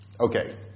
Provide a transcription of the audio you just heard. Okay